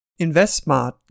InvestSmart